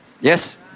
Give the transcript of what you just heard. Yes